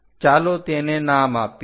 ચાલો તેને નામ આપીએ